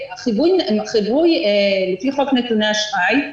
החיווי, לפי חוק נתוני אשראי,